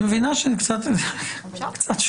אפשר קצת שונה.